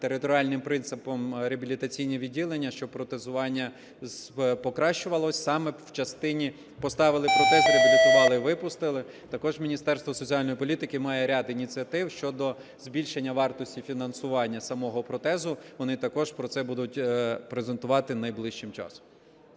територіальним принципом реабілітаційні відділення, щоб протезування покращувалося саме в частині: поставили протез - реабілітували - випустили. Також Міністерство соціальної політики має ряд ініціатив щодо збільшення вартості фінансування самого протезу, вони також про це будуть презентувати найближчим часом.